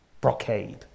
brocade